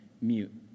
mute